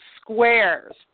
squares